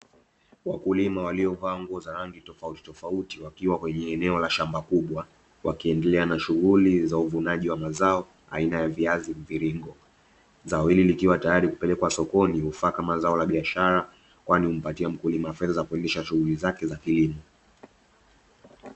Wakulima waliovaa nguo za rangi tofauti tofauti wakiwa kwenye eneo la shamba kubwa wakiendelea na shughuli za uvunaji wa mazao aina ya viazi mviringo, zao hili likiwa tayari kupelekwa sokoni hufaa kama zao la biashara kwani humpatia mkulima fedha za kuendesha shughuli zake za kilimo.